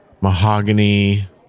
mahogany